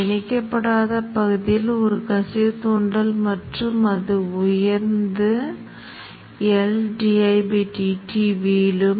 அதைச் பிளாட் செய்யலாம் இதை விரிவுபடுத்துகிறேன் மேலும் இங்கே சிலவற்றைப் கூறியிருக்கிறேன் என்பதை நீங்கள் பார்க்கலாம்